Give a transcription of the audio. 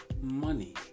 money